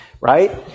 Right